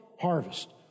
harvest